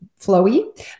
flowy